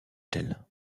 telles